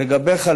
לגביך,